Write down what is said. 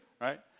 right